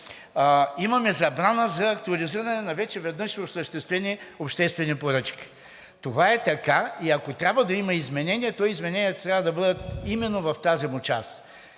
имаме забрана за актуализиране на вече веднъж осъществени обществени поръчки. Това е така и ако трябва да има изменения, то измененията трябва да бъдат именно в тази му част.